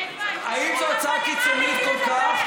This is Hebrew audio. האם זו הצעה קיצונית כל כך?